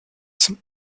zum